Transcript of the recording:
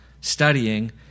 studying